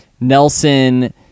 Nelson